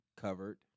covered